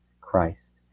Christ